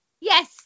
Yes